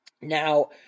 Now